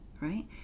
right